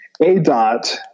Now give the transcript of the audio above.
ADOT